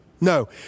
No